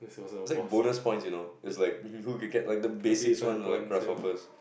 it's like bonus point you know it's like who can get the basics one you know like grasshoppers